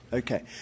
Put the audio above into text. Okay